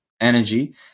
energy